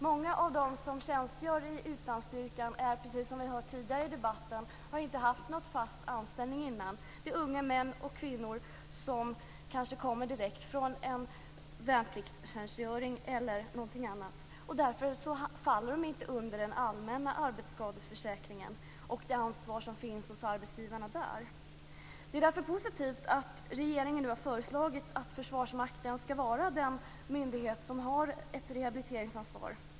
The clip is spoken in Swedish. Många av dem som tjänstgör i utlandsstyrkan har, precis som vi har hört tidigare i debatten, inte haft någon fast anställning tidigare. Det är unga män och kvinnor som kanske kommer direkt från en värnpliktstjänstgöring eller något annat, och därför faller de inte under den allmänna arbetsskadeförsäkringen och det ansvar som finns hos arbetsgivarna där. Det är därför positivt att regeringen nu har föreslagit att Försvarsmakten skall vara den myndighet som har ett rehabiliteringsansvar.